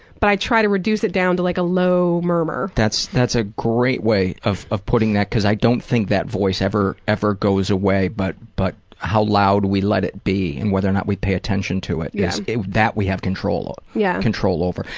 but i try to reduce it down to like a low murmur. that's that's a great way of of putting that, because i don't think that voice ever, ever goes away, but but how loud we let it be and whether or not we pay attention to it. yeah that we have control yeah control over.